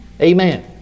Amen